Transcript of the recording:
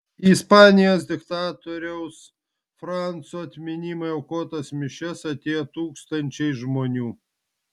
į ispanijos diktatoriaus franco atminimui aukotas mišias atėjo tūkstančiai žmonių